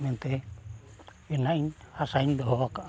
ᱢᱮᱱᱛᱮ ᱤᱱᱟᱹᱜ ᱤᱧ ᱟᱥᱟᱧ ᱫᱚᱦᱚ ᱟᱠᱟᱫᱼᱟ